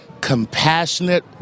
Compassionate